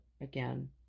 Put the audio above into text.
again